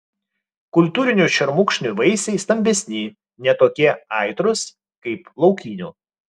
kultūrinių šermukšnių vaisiai stambesni ne tokie aitrūs kaip laukinių